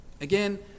Again